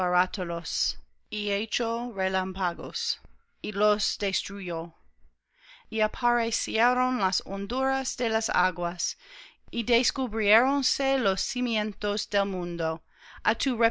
los destruyó y aparecieron las honduras de las aguas y descubriéronse los cimientos del mundo